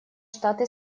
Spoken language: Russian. штаты